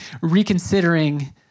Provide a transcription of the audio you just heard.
reconsidering